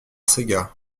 sega